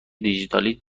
دیجیتالی